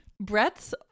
brett's